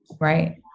Right